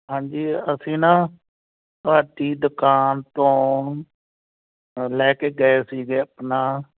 ਹਾਂਜੀ ਅਸੀਂ ਨਾ ਤੁਹਾਡੀ ਦੁਕਾਨ ਤੋਂ ਅ ਲੈ ਕੇ ਗਏ ਸੀਗੇ ਆਪਣਾ